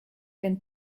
than